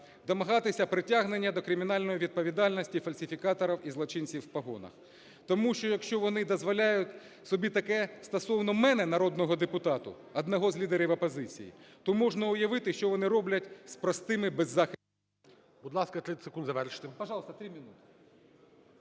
домагатися притягнення до кримінальної відповідальності фальсифікаторів і злочинців у погонах. Тому що якщо вони дозволяють собі таке стосовно мене, народного депутата, одного з лідерів опозиції, то можна уявити, що вони роблять з простими беззахисними…